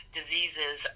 diseases